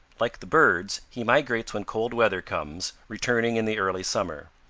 like the birds, he migrates when cold weather comes, returning in the early summer.